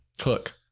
Cook